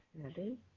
ready